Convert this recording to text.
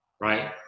right